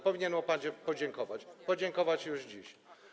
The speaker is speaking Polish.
Powinien mu pan podziękować, podziękować już dziś.